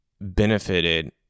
benefited